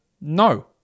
No